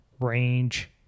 range